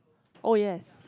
oh yes